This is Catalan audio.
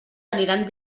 aniran